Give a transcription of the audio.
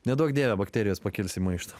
neduok dieve bakterijos pakils į maištą